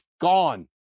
Gone